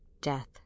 death